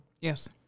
Yes